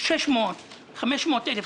תודה רבה.